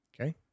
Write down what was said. Okay